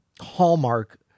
hallmark